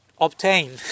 obtain